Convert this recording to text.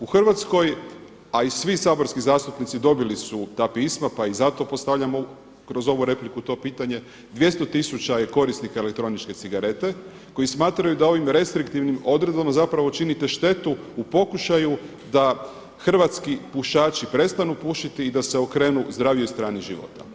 U Hrvatskoj a i svi saborski zastupnici dobili su ta pisma pa im zato postavljam kroz ovu repliku to pitanje, 200 tisuća je korisnika elektroničke cigarete koji smatraju da ovim restriktivnim odredbama zapravo činite štetu u pokušaju da hrvatski pušaći prestanu pušiti i da se okrenu zdravijoj strani života.